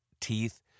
teeth